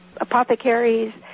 apothecaries